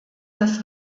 das